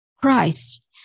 Christ